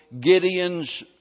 Gideon's